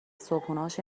صبحونههاش